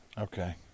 Okay